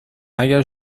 اگر